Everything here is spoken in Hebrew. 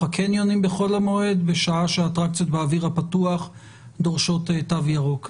הקניונים בחול המועד בשעה שהאטרקציות באוויר הפתוח דורשות תו ירוק.